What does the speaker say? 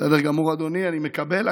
בסדר גמור, אדוני, אני מקבל.